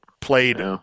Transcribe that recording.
played